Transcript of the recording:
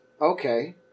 okay